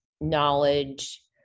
knowledge